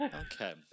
Okay